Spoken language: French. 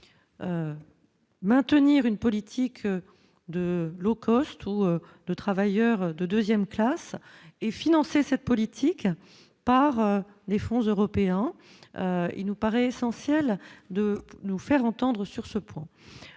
temps maintenir une politique de l'eau costaud de travailleurs de 2ème classe et financer cette politique par des fonds européens, il nous paraît essentiel de nous faire entendre sur ce point,